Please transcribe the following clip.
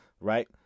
right